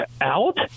out